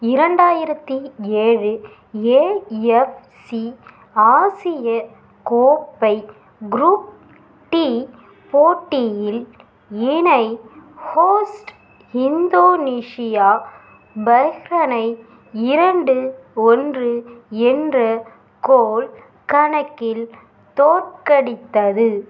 இரண்டாயிரத்தி ஏழு A F C ஆசிய கோப்பை க்ரூப் டி போட்டியில் இணை ஹோஸ்ட் இந்தோனேஷியா பஹ்ரனை இரண்டு ஒன்று என்ற கோல் கணக்கில் தோற்கடித்தது